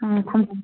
ꯑꯪ